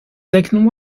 second